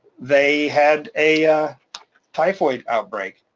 they had a typhoid outbreak.